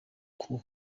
uku